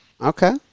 Okay